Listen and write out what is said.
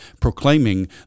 proclaiming